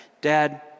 Dad